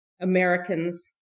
Americans